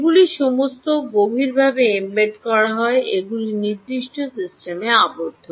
এগুলি সমস্ত গভীরভাবে এম্বেড করা হয় এগুলি নির্দিষ্ট সিস্টেমে আবদ্ধ